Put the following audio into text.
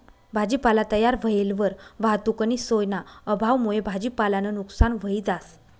भाजीपाला तयार व्हयेलवर वाहतुकनी सोयना अभावमुये भाजीपालानं नुकसान व्हयी जास